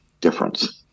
difference